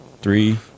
Three